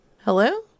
Hello